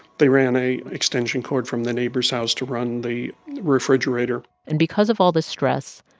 they ran a extension cord from the neighbor's house to run the refrigerator and because of all the stress,